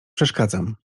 przeszkadzam